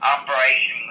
operation